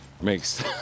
Makes